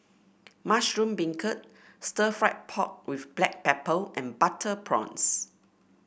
Mushroom Beancurd Stir Fried Pork with Black Pepper and Butter Prawns